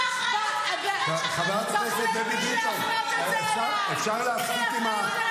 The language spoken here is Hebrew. חברת הכנסת שרון ניר רוצה להתחיל.